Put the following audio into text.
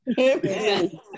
Amen